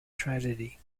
tragedy